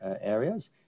areas